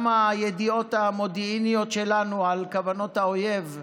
גם הידיעות המודיעיניות שלנו על כוונות האויב,